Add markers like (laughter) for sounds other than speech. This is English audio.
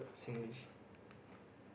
Singlish (breath)